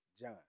John